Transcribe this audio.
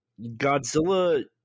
Godzilla